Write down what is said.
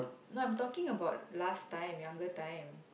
no I'm talking about last time younger time